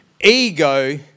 ego